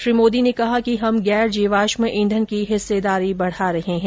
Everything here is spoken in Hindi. श्री मोदी ने कहा कि हम गैर जीवाश्म ईंधन की हिस्सेदारी बढ़ा रहे हैं